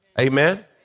Amen